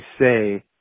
say –